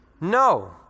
No